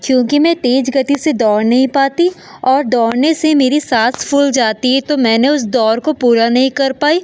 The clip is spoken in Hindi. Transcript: क्योंकि मैं तेज़ गति से दौड़ नहीं पाती और दौड़ने से मेरी साँस फूल जाती है तो मैंने उस दौड़ को पूरा नहीं कर पाई